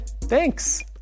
Thanks